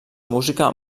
música